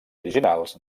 originaris